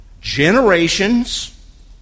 generations